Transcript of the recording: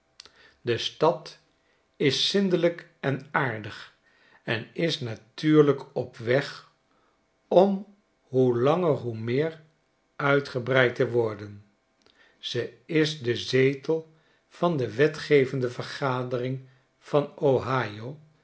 de stad is zindelijk en aardig en is natuurlijk op weg om hoe langer hoe meer uitgebreid te worden ze is de zetel van de wetgevende vergadering van